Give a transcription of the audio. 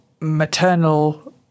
maternal